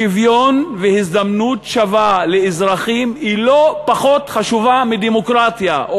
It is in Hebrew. שוויון והזדמנות שווה לאזרחים לא פחות חשובים מדמוקרטיה,